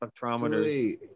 spectrometers